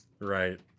right